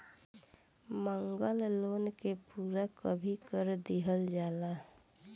मांगल लोन के पूरा कभी कर दीहल जाला